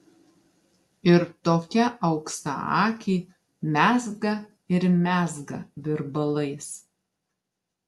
ir tokia auksaakė mezga ir mezga virbalais